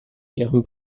ihrem